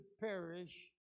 perish